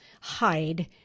hide